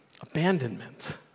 Abandonment